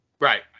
Right